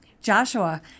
Joshua